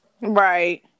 right